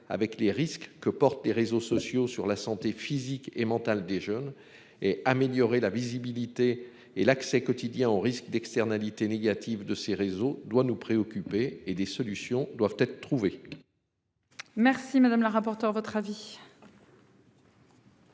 avec les risques que portent les réseaux sociaux sur la santé physique et mentale des jeunes et améliorer la visibilité et l'accès quotidien au risque d'externalités négatives de ces réseaux doit nous préoccuper et des solutions doivent être trouvées. Merci madame la rapporteure votre avis.